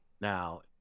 now